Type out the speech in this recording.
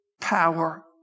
power